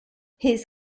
his